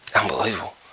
Unbelievable